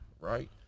right